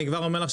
אני כבר אומר לך,